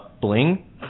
bling